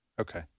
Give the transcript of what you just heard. okay